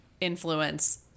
influence